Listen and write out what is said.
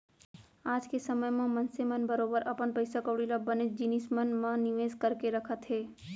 आज के समे म मनसे मन बरोबर अपन पइसा कौड़ी ल बनेच जिनिस मन म निवेस करके रखत हें